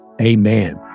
amen